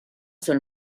seul